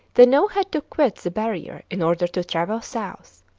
they now had to quit the barrier in order to travel south.